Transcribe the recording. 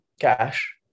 cash